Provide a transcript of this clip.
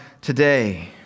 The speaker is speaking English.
today